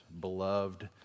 beloved